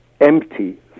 empty